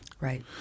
Right